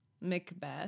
macbeth